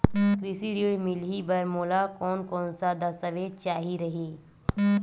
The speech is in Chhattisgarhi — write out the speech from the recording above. कृषि ऋण मिलही बर मोला कोन कोन स दस्तावेज चाही रही?